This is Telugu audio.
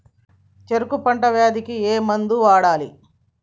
చెరుకు పంట వ్యాధి కి ఏ మందు వాడాలి?